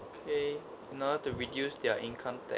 okay now to reduce their income